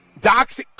Doxing